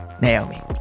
Naomi